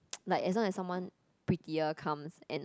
like as long as someone prettier comes and